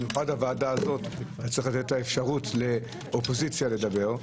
במיוחד בוועדה הזאת צריך לתת את האפשרות לאופוזיציה לדבר.